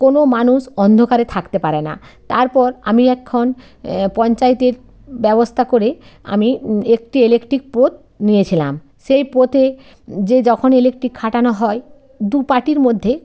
কোনো মানুষ অন্ধকারে থাকতে পারে না তারপর আমি এখন পঞ্চায়েতের ব্যবস্থা করে আমি একটি ইলেকট্রিক পোত নিয়েছিলাম সেই পোতে যে যখন ইলেকট্রিক খাটানো হয় দু পার্টির মধ্যে